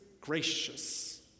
gracious